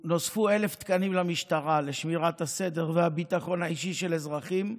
נוספו 1,000 תקנים למשטרה לשמירת הסדר והביטחון האישי של האזרחים,